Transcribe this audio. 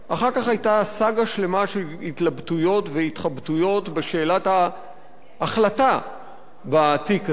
אחר כך היתה סאגה שלמה של התלבטויות והתחבטויות בשאלת ההחלטה בתיק הזה,